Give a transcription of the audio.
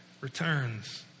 returns